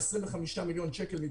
גברתי,